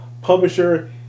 publisher